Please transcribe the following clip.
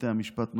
בתי המשפט ,